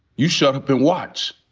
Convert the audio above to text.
you shut up and watch.